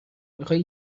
میخوای